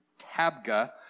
Tabga